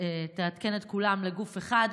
שתעדכן את כולם לגוף אחד,